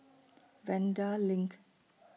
Vanda LINK